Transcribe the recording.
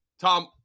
Tom